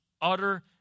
utter